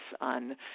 on